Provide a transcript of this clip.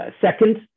Second